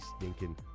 stinking